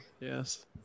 Yes